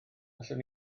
allwn